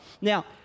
Now